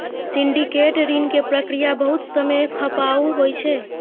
syndicate ऋण के प्रक्रिया बहुत समय खपाऊ होइ छै